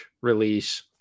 release